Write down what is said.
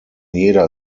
jeder